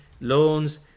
loans